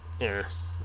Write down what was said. Yes